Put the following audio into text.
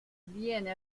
viene